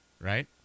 right